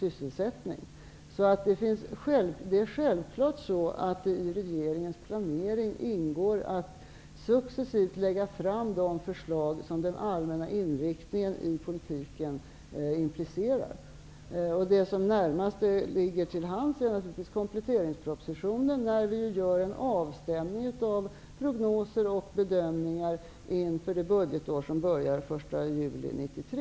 Det ingår självfallet i regeringens planering att successivt lägga fram de förslag som den allmänna inriktningen i politiken implicerar. Det som ligger närmast till hands är naturligtvis kompletteringspropositionen, där vi gör avstämning av prognoser och bedömningar inför det budgetår som börjar den 1 juli 1993.